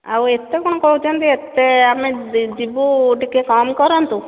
ଆଉ ଏତେ କ'ଣ କହୁଛନ୍ତି ଏତେ ଆମେ ଯିବୁ ଟିକେ କମ୍ କରନ୍ତୁ